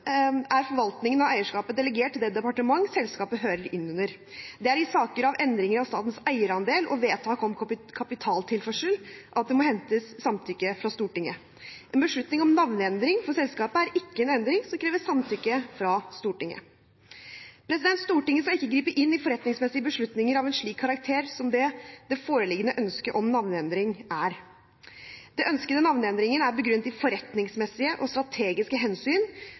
er forvaltningen av eierskapet delegert til det departement selskapet hører inn under. Det er i saker om endringer av statens eierandel og vedtak om kapitaltilførsel at det må hentes samtykke fra Stortinget. En beslutning om navneendring for selskapet er ikke en endring som krever samtykke fra Stortinget. Stortinget skal ikke gripe inn i forretningsmessige beslutninger av en slik karakter som det foreliggende ønsket om navneendring er. Den ønskede navneendringen er begrunnet i forretningsmessige og strategiske hensyn,